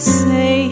say